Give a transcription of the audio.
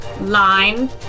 line